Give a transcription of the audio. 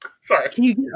Sorry